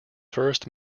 first